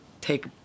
take